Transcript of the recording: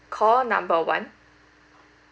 call number one